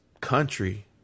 country